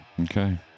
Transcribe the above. Okay